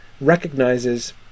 recognizes